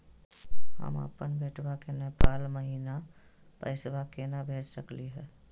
हम अपन बेटवा के नेपाल महिना पैसवा केना भेज सकली हे?